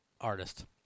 artist